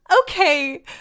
Okay